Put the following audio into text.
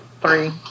Three